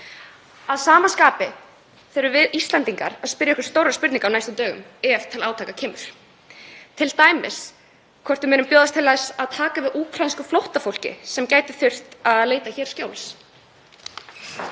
Að sama skapi þurfum við Íslendingar að spyrja okkur stórra spurninga á næstu dögum ef til átaka kemur, t.d. hvort við munum bjóðast til þess að taka við úkraínsku flóttafólki sem gæti þurft að leita hér skjóls.